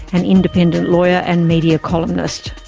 an independent lawyer and media columnist.